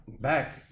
back